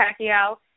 Pacquiao